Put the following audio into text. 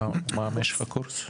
מה משך הקורס?